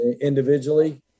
individually